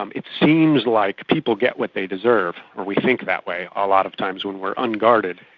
um it seems like people get what they deserve, or we think that way a lot of times when we are unguarded.